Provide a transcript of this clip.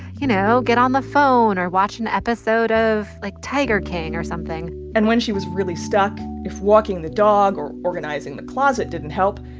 you know, get on the phone or watch an episode of, like, tiger king or something and when she was really stuck, if walking the dog or organizing the closet didn't help,